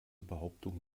behauptung